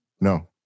No